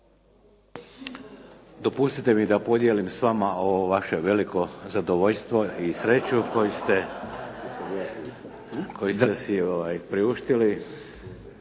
Dopustite mi da podijelim s vama ovo vaše veliko zadovoljstvo i sreću koju ste si priuštili.